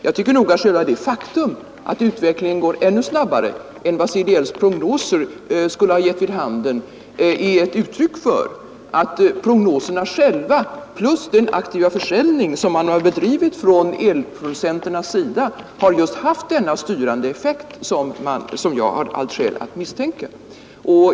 Jag tycker nog att det faktum att utvecklingen går ännu snabbare än vad CDL:s prognoser skulle ha gett vid handen är ett uttryck för att prognoserna själva plus den aktiva försäljning som elproducenterna har bedrivit har haft just denna styrande effekt, som jag har allt skäl att misstänka.